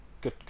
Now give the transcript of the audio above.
Good